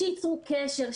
שייצרו קשר,